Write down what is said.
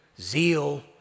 zeal